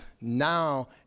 now